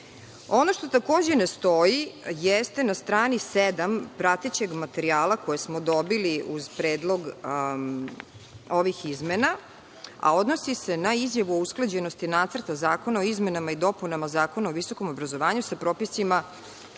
što takođe ne stoji jeste na strani 7. prateće materijala koji smo dobili uz predlog ovih izmenama, a odnosi se na izjavu o usklađenosti Nacrta zakona o izmenama i dopunama Zakona o visokom obrazovanju sa propisima